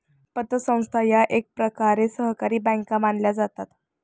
पतसंस्था या एकप्रकारे सहकारी बँका मानल्या जातात